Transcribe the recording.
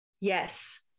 yes